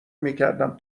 میکردم